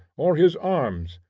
or his arms,